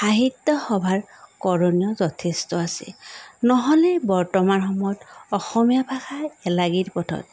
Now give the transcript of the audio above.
সাহিত্য সভাৰ কৰণীয় যথেষ্ট আছে নহ'লে বৰ্তমান সময়ত অসমীয়া ভাষা এলাগীৰ পথত